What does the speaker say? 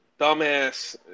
dumbass